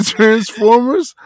Transformers